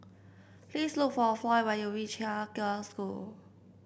please look for Floyd when you reach Haig Girls' School